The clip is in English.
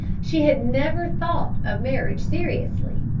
she had never thought of marriage seriously,